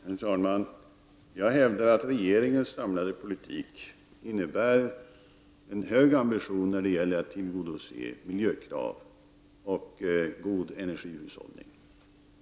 Herr talman! Jag hävdar att regeringens samlade politik innebär en hög ambition när det gäller att tillgodose miljökrav och att ha en god energihushållning.